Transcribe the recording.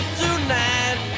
tonight